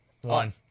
one